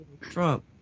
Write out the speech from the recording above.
Trump